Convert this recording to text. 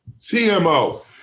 CMO